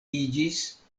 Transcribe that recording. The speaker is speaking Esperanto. iĝis